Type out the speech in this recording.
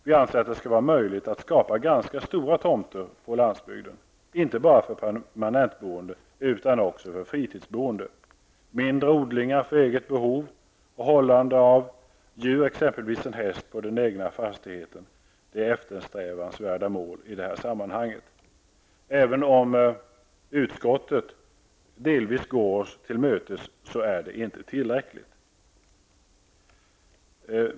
Vi anser att det skall vara möjligt att skapa ganska stora tomter på landsbygden, inte bara för permanentboende utan också för fritidsboende. Mindre odlingar för eget behov och hållande av exempelvis en häst på den egna fastigheten är eftersträvansvärda mål i detta sammanhang. Även om utskottet delvis går oss tillmötes är det inte tillräckligt.